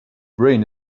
brain